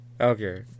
Okay